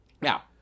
Now